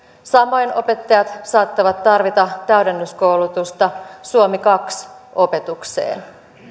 samoin opettajat saattavat tarvita täydennyskoulutusta suomi kaksi opetukseen